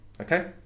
Okay